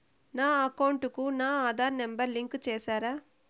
నా అకౌంట్ కు నా ఆధార్ నెంబర్ లింకు చేసారా